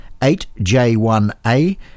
8J1A